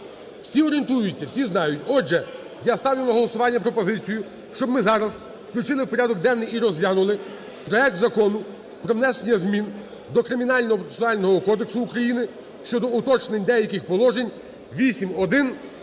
всі орієнтуються, всі знають. Отже, я ставлю на голосування пропозицію, щоб ми зараз включили в порядок денний і розглянули проект Закону про внесення змін до Кримінального процесуального кодексу України щодо уточнення деяких положень (8151).